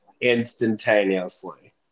instantaneously